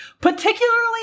particularly